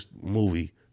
movie